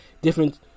Different